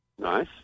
nice